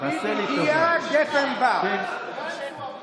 אתה אמרת: גנץ הוא הבובה של ביבי.